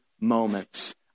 moments